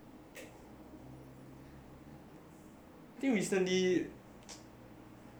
do you think we still need haven't really rain a lot